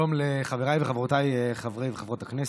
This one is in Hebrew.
שלום לחבריי וחברותיי חברי הכנסת.